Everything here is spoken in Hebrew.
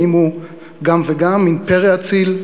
האם הוא גם וגם, מין פרא אציל?